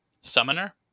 Summoner